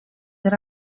that